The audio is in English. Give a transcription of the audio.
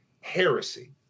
heresy